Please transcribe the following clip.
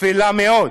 אפלה מאוד,